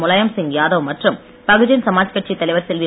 முலாயம்சிங் யாதவ் மற்றும் பகுஜன் சமாஜ் கட்சித் தலைவர் செல்வி